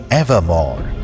evermore